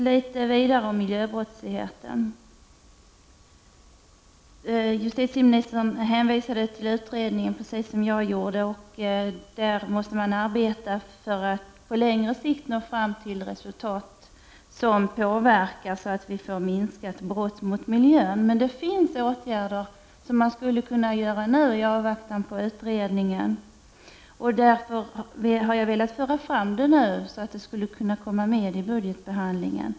Beträffande miljöbrottsligheten hänvisade justitieministern, precis som jag gjorde, till att man arbetar för att på längre sikt nå fram till resultat som påverkar så att vi får minskade brott mot miljön. Men det finns åtgärder som man skulle kunna vidta nu i avvaktan på utredningen. Därför har jag velat föra fram det nu så att det skulle kunna komma med i budgetbehandlingen.